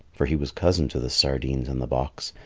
for he was cousin to the sardines in the box,